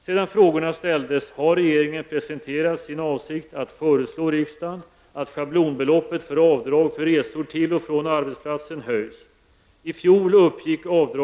Sedan frågorna ställdes har regeringen presenterat sin avsikt att föreslå riksdagen att schablonbeloppet för avdrag för resor till och från arbetsplatsen höjs.